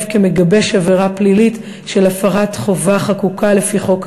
כמגבש עבירה פלילית של הפרת חובה חקוקה לפי חוק העונשין,